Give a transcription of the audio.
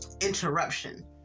interruption